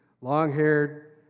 long-haired